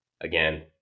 again